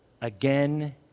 again